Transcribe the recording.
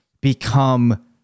become